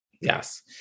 Yes